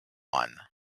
one